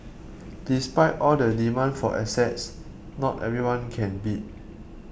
despite all the demand for assets not everyone can bid